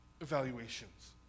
evaluations